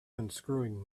unscrewing